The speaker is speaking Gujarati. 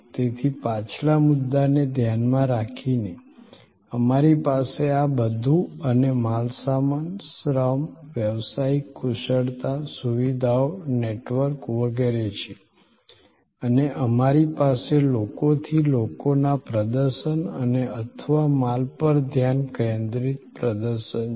તેથી પાછલા મુદ્દાને ધ્યાનમાં રાખીને સંદર્ભ સમય 1225 અમારી પાસે આ બધું અને માલસામાન શ્રમ વ્યાવસાયિક કુશળતા સુવિધાઓ નેટવર્ક વગેરે છે અને અમારી પાસે લોકોથી લોકોના પ્રદર્શન અને અથવા માલ પર ધ્યાન કેન્દ્રિત પ્રદર્શન છે